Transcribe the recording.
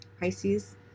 Pisces